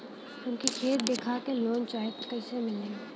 हमके खेत देखा के लोन चाहीत कईसे मिली?